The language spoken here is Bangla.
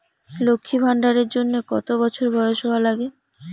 লক্ষী ভান্ডার এর জন্যে কতো বছর বয়স হওয়া লাগে?